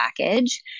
Package